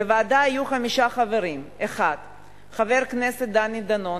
בוועדה יהיו חמישה חברים: 1. חבר הכנסת דני דנון,